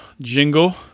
jingle